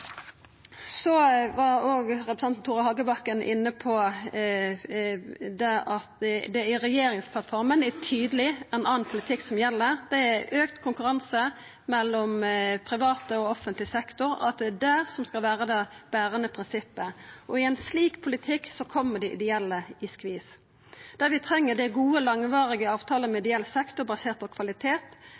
Representanten Tore Hagebakken var òg inne på at regjeringsplattforma er tydeleg om annan politikk som gjeld. Det er auka konkurranse mellom privat og offentleg sektor som skal vera det berande prinsippet. I ein slik politikk kjem dei ideelle i skvis. Det vi treng, er gode, langvarige avtalar med ideell sektor, basert på kvalitet,